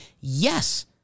Yes